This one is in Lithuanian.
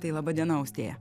tai laba diena austėja